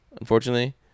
unfortunately